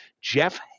Jeff